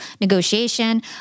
negotiation